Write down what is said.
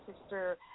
sister